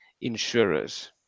insurers